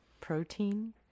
protein